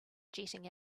jetting